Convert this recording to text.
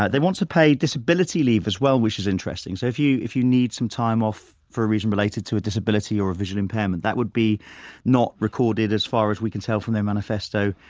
ah they want to pay disability leave, as well, which is interesting. so, if you if you need some time off for a reason related to a disability or a visual impairment, that would be not recorded, as far as we can tell from their manifesto,